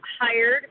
hired